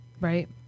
Right